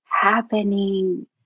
happening